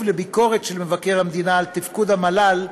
לביקורת של מבקר המדינה על תפקוד המל"ל,